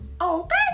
okay